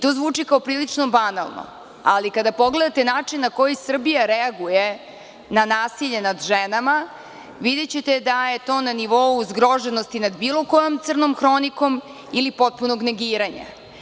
To zvuči kao prilično banalno ali kada pogledate način na koji Srbija reaguje na nasilje nad ženama videćete da je to na nivou zgroženosti nad bilo kojom crnom hronikom ili potpunog negiranja.